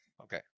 Okay